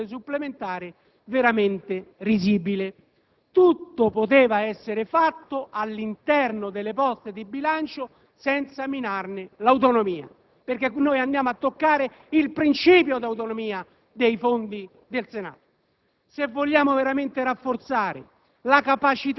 sia arrivati alla decisione di questa dotazione supplementare veramente risibile. Tutto poteva essere fatto all'interno delle poste di bilancio senza minarne l'autonomia, mentre andiamo a toccare il principio di autonomia dei fondi del Senato.